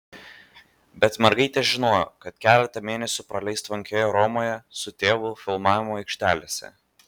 bet mergaitė žinojo kad keletą mėnesių praleis tvankioje romoje su tėvu filmavimo aikštelėse